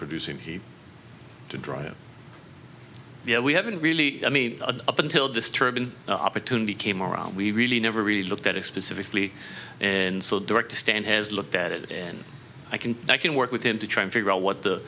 producing heat to drive you know we haven't really i mean up until disturbed and opportunity came around we really never really looked at a specific leak and so direct to stand has looked at it and i can i can work with him to try and figure out what the